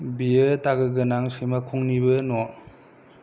बेयो दागो गोनां सैमाखंनिबो न'